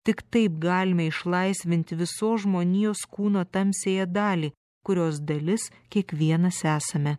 tik taip galime išlaisvinti visos žmonijos kūno tamsiąją dalį kurios dalis kiekvienas esame